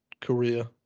Korea